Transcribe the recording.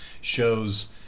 shows